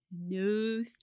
no